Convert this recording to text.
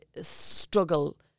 struggle